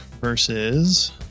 versus